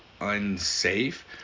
unsafe